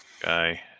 guy